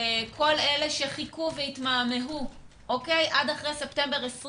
כל אלה שחיכו והתמהמהו עד אחרי ספטמבר 2020